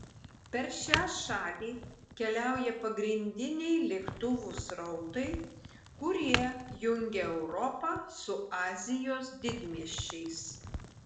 per šią šalį keliauja pagrindiniai lėktuvų srautai kurie jungia europą su azijos didmiesčiais